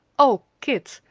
o kit,